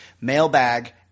mailbag